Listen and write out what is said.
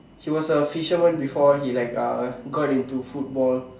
he was a fisherman before he like uh got into football